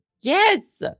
Yes